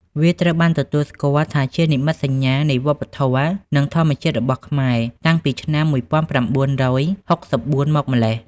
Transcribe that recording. វាត្រូវបានទទួលស្គាល់ថាជានិមិត្តសញ្ញានៃវប្បធម៌ និងធម្មជាតិរបស់ខ្មែរ តាំងពីឆ្នាំ ១៩៦៤ មកម្ល៉េះ។